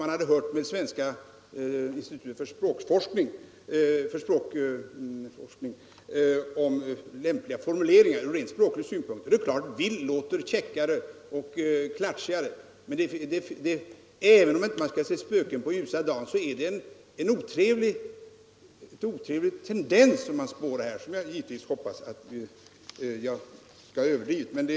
Man säger att man hade frågat Svenska språknämnden om en lämplig formulering ur rent språklig synpunkt. Det är klart att ”vill” låter käckare och klatschigare än t.ex. ”rekommendera”. Men nu gäller det politik och även om vi inte skall se spöken på ljusa dagen så är det en otrevlig tendens som här spåras. Men jag hoppas givetvis att jag har överdrivit betydelsen därav.